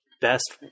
best